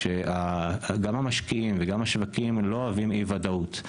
שגם המשקיעים וגם השווקים לא אוהבים אי-ודאות,